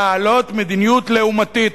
מנהלות מדיניות לעומתית,